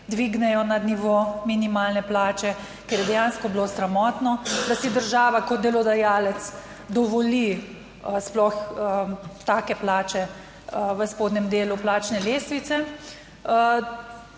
dvignejo nad nivo minimalne plače, ker je dejansko bilo sramotno, da si država kot delodajalec dovoli sploh take plače v spodnjem delu plačne lestvice.